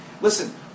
listen